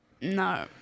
No